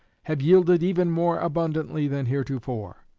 have yielded even more abundantly than heretofore.